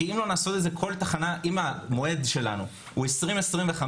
אם המועד שלנו הוא 2025,